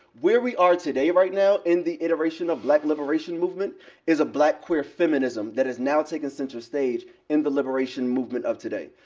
where we are today right now in the iteration of black liberation movement is a black queer feminism that is now taking center stage in the liberation movement of today.